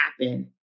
happen